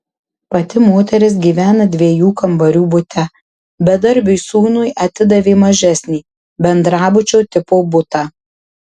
pati moteris gyvena dviejų kambarių bute bedarbiui sūnui atidavė mažesnį bendrabučio tipo butą